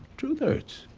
truth hurts.